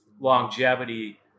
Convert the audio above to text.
longevity